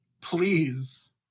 Please